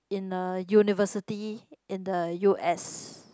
in a university in the u_s